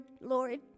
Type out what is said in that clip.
Lord